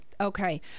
Okay